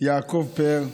יעקב פאר,